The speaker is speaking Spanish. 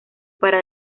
para